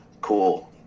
cool